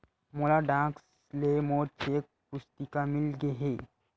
मोला डाक ले मोर चेक पुस्तिका मिल गे हे